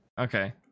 okay